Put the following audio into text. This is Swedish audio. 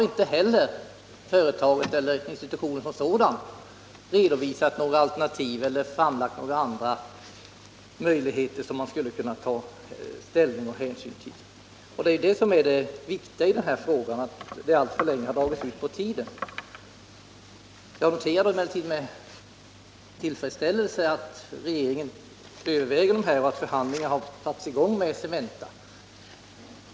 Men företaget eller institutionen som sådan har inte heller redovisat några alternativ eller framlagt några andra möjligheter som man skulle kunna ta ställning och hänsyn till. Och det viktiga i den här frågan är att det dragit ut på — Nr 66 tiden alltför länge. Tisdagen den Jag noterar med tillfredsställelse att regeringen överväger frågan och att 16 januari 1979 förhandlingar satts i gång med Cementa.